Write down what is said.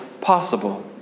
possible